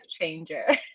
changer